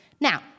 Now